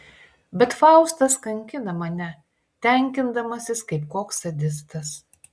bet faustas kankina mane tenkindamasis kaip koks sadistas